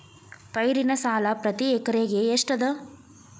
ಪೈರಿನ ಸಾಲಾ ಪ್ರತಿ ಎಕರೆಗೆ ಎಷ್ಟ ಅದ?